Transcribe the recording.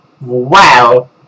Wow